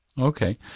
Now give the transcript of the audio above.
Okay